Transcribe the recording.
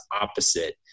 opposite